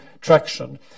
traction